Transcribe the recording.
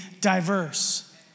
diverse